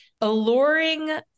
alluring